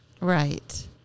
Right